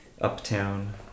uptown